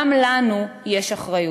גם לנו יש אחריות.